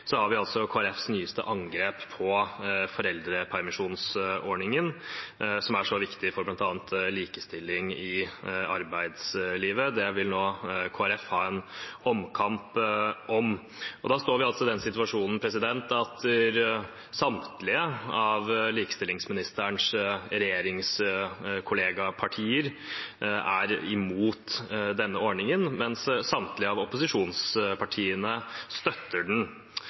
så viktig for bl.a. likestilling i arbeidslivet. Den vil nå Kristelig Folkeparti ha en omkamp om. Da står vi i den situasjonen at samtlige av likestillingsministerens regjeringskollegapartier er imot denne ordningen, mens samtlige av opposisjonspartiene støtter den.